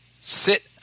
sit